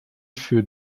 für